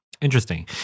Interesting